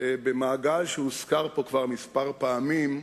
במעגל שהוזכר פה כבר כמה פעמים,